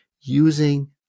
using